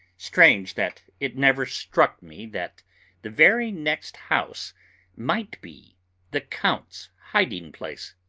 strange that it never struck me that the very next house might be the count's hiding-place!